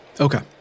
Okay